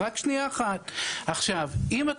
אני הייתי